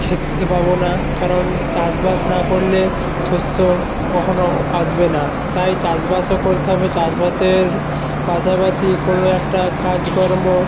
খেতে পাবো না কারণ চাষবাস না করলে শস্য কখনো আসবে না তাই চাষবাসও করতে হবে চাষবাসের পাশাপাশি কোনো একটা কাজকর্ম